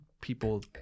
people